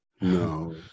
no